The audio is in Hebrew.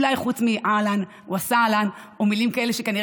אולי חוץ מאהלן וסהלן או מילים כאלה שכנראה